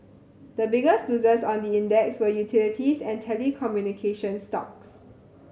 the biggest losers on the index were utilities and telecommunication stocks